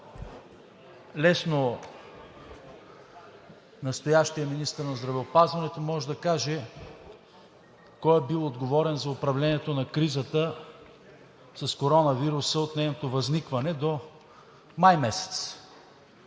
Лесно настоящият министър на здравеопазването може да каже кой е бил отговорен за управлението на кризата с коронавируса от нейното възникване до май месец.